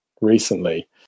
recently